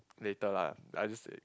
later lah I just